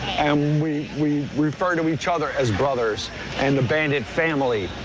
um we we refer to each other as brothers and the bandit family,